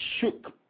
shook